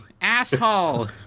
asshole